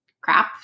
crap